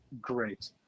great